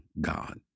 God